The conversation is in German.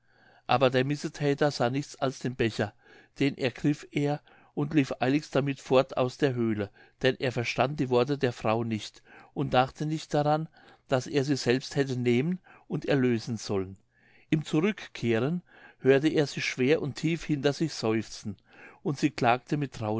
aber der missethäter sah nichts als den becher den ergriff er und lief eiligst damit fort aus der höhle denn er verstand die worte der frau nicht und dachte nicht daran daß er sie selbst hätte nehmen und erlösen sollen im zurückkehren hörte er sie schwer und tief hinter sich seufzen und sie klagte mit